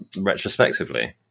retrospectively